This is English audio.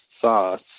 sauce